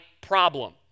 problem